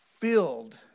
filled